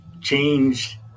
changed